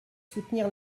soutenir